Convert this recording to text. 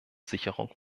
sicherung